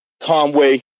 Conway